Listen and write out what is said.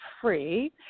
free